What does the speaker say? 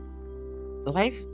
life